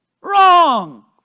Wrong